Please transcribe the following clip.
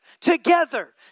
together